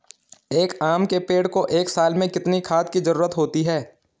एक आम के पेड़ को एक साल में कितने खाद की जरूरत होती है?